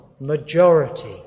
Majority